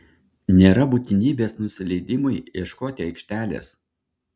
nėra būtinybės nusileidimui ieškoti aikštelės